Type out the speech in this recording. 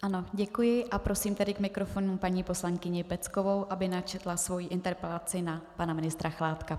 Ano, děkuji a prosím tedy k mikrofonu paní poslankyni Peckovou, aby načetla svoji interpelaci na pana ministra Chládka.